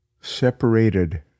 separated